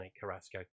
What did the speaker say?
carrasco